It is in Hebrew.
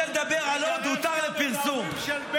אתם הצבעתם נגד גירוש משפחות מחבלים.